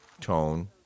tone